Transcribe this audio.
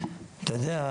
"אתה יודע,